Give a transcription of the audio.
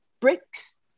bricks